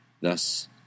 Thus